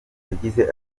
yagize